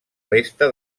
resta